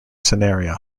scenario